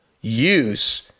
use